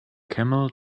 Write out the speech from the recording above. camel